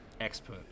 expert